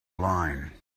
line